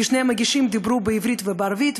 כי שני המגישים דיברו בעברית ובערבית,